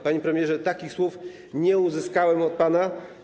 Panie premierze, takich słów nie uzyskałem od pana.